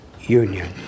union